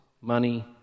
money